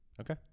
Okay